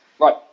Right